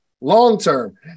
long-term